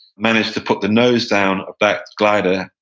managed to put the nose down of that glider,